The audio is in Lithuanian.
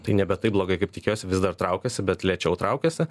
tai nebe taip blogai kaip tikėjosi vis dar traukiasi bet lėčiau traukiasi